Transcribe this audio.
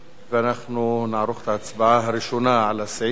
אנחנו נערוך את ההצבעה הראשונה על הסעיף הראשון.